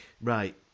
Right